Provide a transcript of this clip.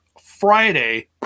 Friday